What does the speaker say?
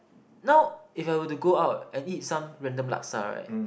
now if I were to go out I eat some random laksa right